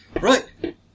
right